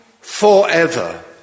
forever